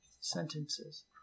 Sentences